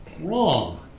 Wrong